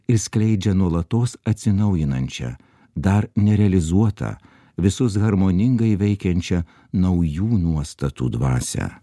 ir skleidžia nuolatos atsinaujinančią dar nerealizuotą visus harmoningai veikiančią naujų nuostatų dvasią